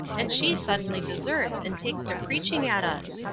and she suddenly deserts and takes to preaching at us.